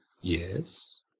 Yes